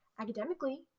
academically